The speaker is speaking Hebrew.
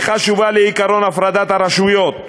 היא חשובה לעקרון הפרדת הרשויות,